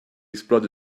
exploits